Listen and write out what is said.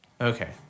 Okay